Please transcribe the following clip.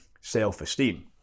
self-esteem